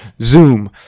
Zoom